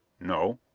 no.